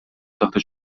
تخته